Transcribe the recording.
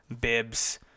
bibs